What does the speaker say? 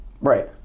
right